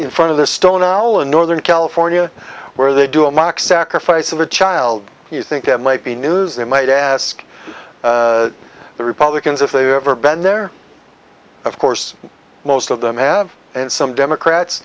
in front of the stone ol in northern california where they do a mock sacrifice of a child you think that might be news they might ask the republicans if they ever been there of course most of them have and some democrats